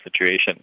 situation